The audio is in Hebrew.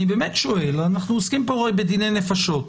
אני באמת שואל, אנחנו עוסקים פה הרי בדיני נפשות.